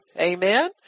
Amen